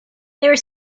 were